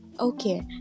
Okay